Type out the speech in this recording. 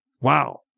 Wow